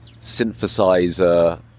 synthesizer